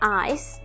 eyes